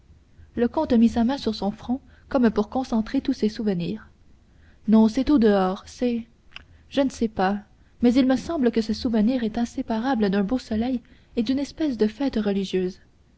le comte mit sa main sur son front comme pour concentrer tous ses souvenirs non c'est au-dehors c'est je ne sais pas mais il me semble que ce souvenir est inséparable d'un beau soleil et d'une espèce de fête religieuse